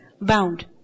bound